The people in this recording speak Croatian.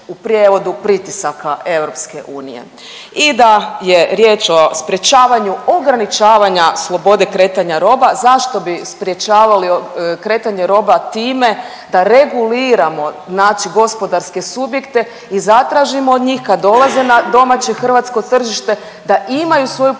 u prijevodu pritisaka EU i da je riječ o sprječavanju ograničavanja slobode kretanja roba. Zašto bi sprječavali kretanje roba time da reguliramo znači gospodarske subjekte i zatražimo od njih da kad dolaze na domaće hrvatsko tržište da imaju svoju podružnicu